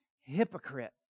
hypocrite